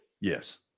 Yes